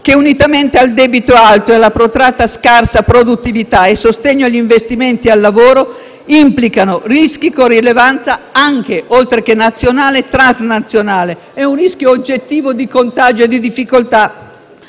che unitamente al debito alto, alla protratta scarsa produttività e allo scarso sostegno agli investimenti e al lavoro, implicano rischi con rilevanza, oltre che nazionale, anche transnazionale. È un rischio oggettivo di contagio e di difficoltà